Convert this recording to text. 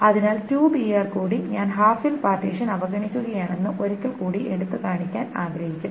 അതിനാൽ 2br കൂടി ഞാൻ ഹാഫ് ഫിൽ പാർട്ടീഷൻ അവഗണിക്കുകയാണെന്ന് ഒരിക്കൽ കൂടി എടുത്തുകാണിക്കാൻ ആഗ്രഹിക്കുന്നു